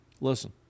Listen